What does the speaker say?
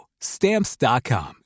Stamps.com